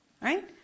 right